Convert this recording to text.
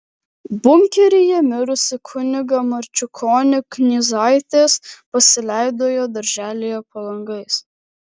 bunkeryje mirusį kunigą marčiukonį knyzaitės pasilaidojo darželyje po langais